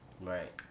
Right